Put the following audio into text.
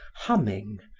humming,